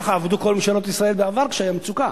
ככה עבדו כל ממשלות ישראל בעבר כשהיתה מצוקה.